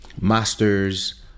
Masters